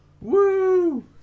Woo